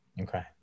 Okay